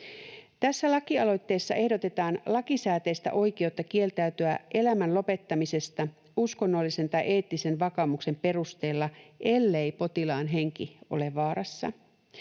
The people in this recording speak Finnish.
Tässä lakialoitteessa ehdotetaan lakisääteistä oikeutta kieltäytyä elämän lopettamisesta uskonnollisen tai eettisen vakaumuksen perusteella, ellei potilaan henki ole vaarassa.